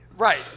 Right